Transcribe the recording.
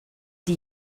die